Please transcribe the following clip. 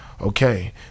Okay